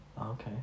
okay